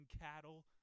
cattle